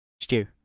Stew